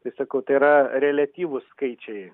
tai sakau tai yra reliatyvūs skaičiai